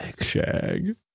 shag